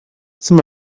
some